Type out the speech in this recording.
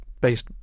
based